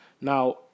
Now